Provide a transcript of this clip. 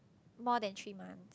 more than three month